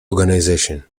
organization